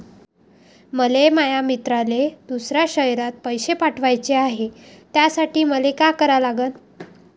मले माया मित्राले दुसऱ्या शयरात पैसे पाठवाचे हाय, त्यासाठी मले का करा लागन?